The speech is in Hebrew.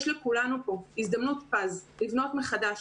יש לכולנו פה הזדמנות פז לבנות מחדש,